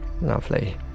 Lovely